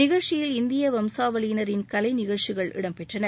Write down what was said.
நிகழ்ச்சியில் இந்திய வம்சாவளியினரின் கலைநகழ்ச்சிகள் இடம்பெற்றன